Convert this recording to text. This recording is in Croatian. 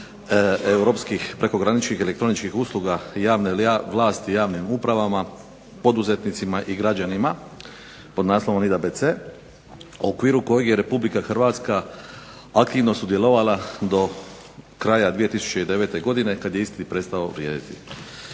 prekograničnih elektroničkih usluga javne vlasti u javnim upravama, poduzetnicima i građanima pod naslovom .../Govornik se ne razumije./... a u okviru kojeg je Republika Hrvatska aktivno sudjelovala do kraja 2009. godine kad je isti prestao vrijediti.